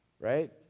Right